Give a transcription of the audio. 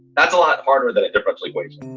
that's a lot harder than a different like way